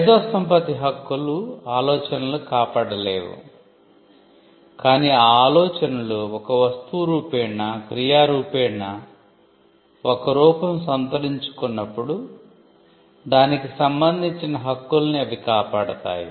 మేధో సంపత్తి హక్కులు ఆలోచనలను కాపాడలేవు కాని ఆ ఆలోచనలు ఒక వస్తువు రూపేణా క్రియారూపేణా ఒక రూపం సంతరించుకున్నప్పుడు దానికి సంబందించిన హక్కుల్ని అవి కాపాడతాయి